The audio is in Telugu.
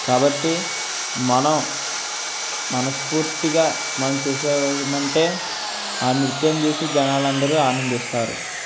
కాబట్టి మనం మనస్ఫూర్తిగా మనం చేశామంటే ఆ నృత్యం చూసి జనాలందరూ ఆనందిస్తారు